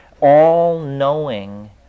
All-knowing